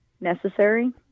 necessary